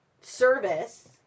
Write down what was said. service